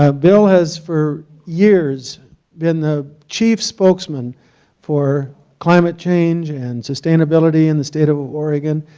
um bill has for years been the chief spokesman for climate change and sustainability in the state of of oregon.